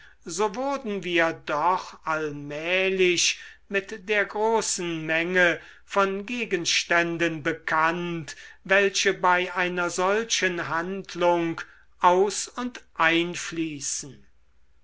so wurden wir doch allmählich mit der großen menge von gegenständen bekannt welche bei einer solchen handlung aus und